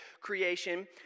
creation